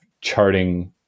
charting